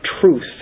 truth